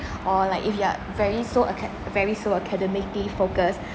or like if you are very so aca~ very so academically focused